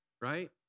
right